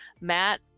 Matt